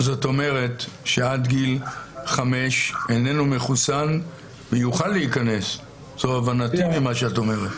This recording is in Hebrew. זאת אומרת שעד גיל חמש ואיננו מחוסן יוכל להיכנס להבנתי ממה שאת אומרת.